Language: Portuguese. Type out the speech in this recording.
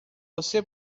você